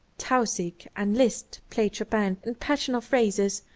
tausig and liszt played chopin in passional phrases,